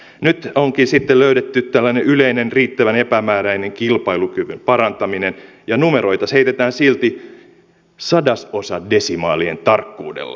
nyt onkin sitten löydetty tällainen yleinen riittävän epämääräinen kilpailukyvyn parantaminen ja numeroita heitetään silti sadasosadesimaalien tarkkuudella